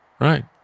right